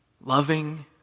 loving